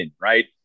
right